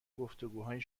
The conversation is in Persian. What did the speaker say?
گفتگوهای